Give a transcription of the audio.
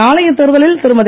நாளைய தேர்தலில் திருமதி